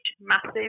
massive